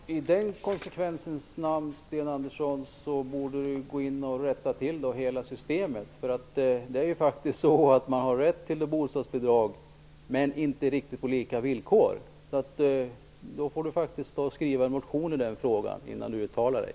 Herr talman! I konsekvensens namn borde Sten Andersson gå in och rätta till hela systemet. Man har rätt till bostadsbidrag men inte på lika villkor. Sten Andersson får ta och skriva en motion i den frågan innan han uttalar sig.